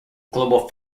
global